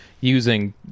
Using